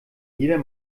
jeder